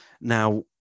Now